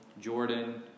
Jordan